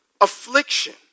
Affliction